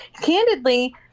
candidly